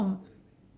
oh